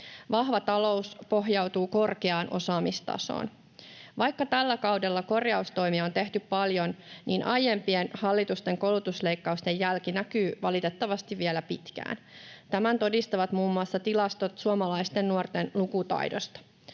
Vahva talous pohjautuu korkeaan osaamistasoon. Vaikka tällä kaudella korjaustoimia on tehty paljon, aiempien hallitusten koulutusleikkausten jälki näkyy valitettavasti vielä pitkään. Tämän todistavat muun muassa tilastot suomalaisten nuorten lukutaidosta.